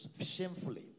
shamefully